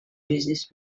business